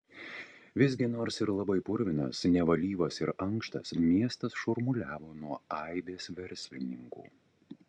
visgi nors ir labai purvinas nevalyvas ir ankštas miestas šurmuliavo nuo aibės verslininkų